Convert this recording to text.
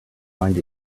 find